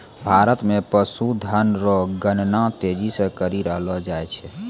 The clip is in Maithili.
भारत मे पशुधन रो गणना तेजी से करी रहलो जाय छै